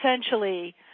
essentially